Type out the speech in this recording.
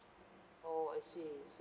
oh I see I see